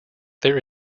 there